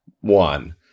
One